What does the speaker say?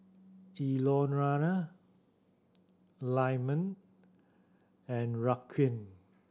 Eleonora Lyman and Raquan